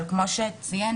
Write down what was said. אבל כמו שהוא ציין,